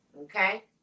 Okay